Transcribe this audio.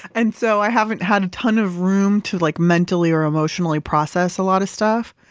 and so i haven't had a ton of room to like mentally or emotionally process a lot of stuff.